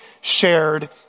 shared